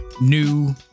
new